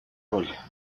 роль